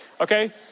okay